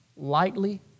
lightly